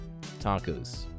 tacos